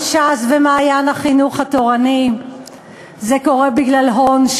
עם ש"ס ו"מעיין החינוך התורני"; זה קורה בגלל הון,